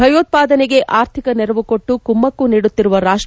ಭಯೋತ್ಪಾದನೆಗೆ ಆರ್ಥಿಕ ನೆರವು ಕೊಟ್ಟು ಕುಮ್ಮಕ್ಕು ನೀಡುತ್ತಿರುವ ರಾಷ್ಟ